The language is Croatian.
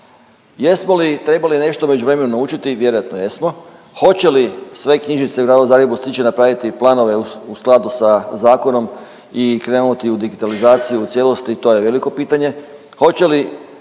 Jesmo li trebali nešto u međuvremenu naučiti, vjerojatno jesmo. Hoće li sve knjižnice u gradu Zagrebu stići napraviti planove u skladu sa zakonom i krenuti u digitalizaciju u cijelosti, to je veliko pitanje.